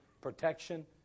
protection